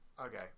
okay